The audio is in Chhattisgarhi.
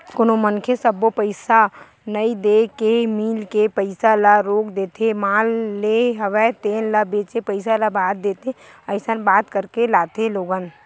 कोनो मनखे सब्बो पइसा नइ देय के मील के पइसा ल रोक देथे माल लेय हवे तेन ल बेंचे पइसा ल बाद देथे अइसन बात करके लाथे लोगन